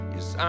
Yes